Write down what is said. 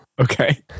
Okay